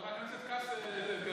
חבר הכנסת כסיף,